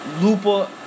Lupa